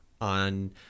on